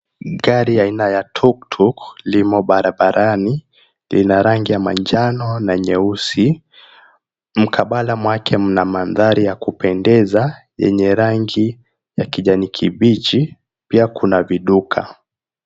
Gari aina ya tuktuk limo barabarani, lina rangi ya manjano na nyeusi. Mkabala mwake mna maandhari ya kupendeza yenye rangi ya kijani kibichi. Pia kuna viduka.